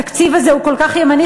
התקציב הזה הוא כל כך ימני,